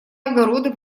огороды